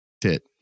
tit